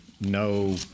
No